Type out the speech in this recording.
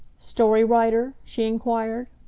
story writer? she enquired.